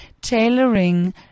tailoring